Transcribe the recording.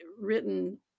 written